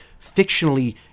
fictionally